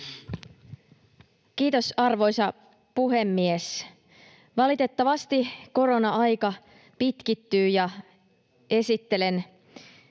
Kiitos, arvoisa puhemies! Valitettavasti korona-aika pitkittyy. Esittelen